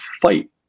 fight